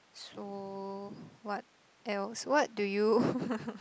so what else what do you